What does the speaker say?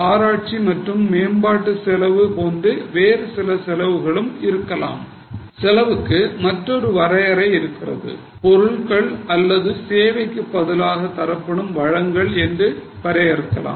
ஆராய்ச்சி மற்றும் மேம்பாட்டு செலவு போன்ற வேறு சில செலவுகள் இருக்கலாம் செலவுக்கு மற்றொரு வரையறை உள்ளது பொருள்கள் அல்லது சேவைக்கு பதிலாக தரப்படும் என்று வரையறுக்கலாம்